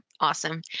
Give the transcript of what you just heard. Awesome